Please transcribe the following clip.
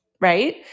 right